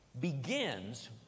begins